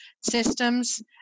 systems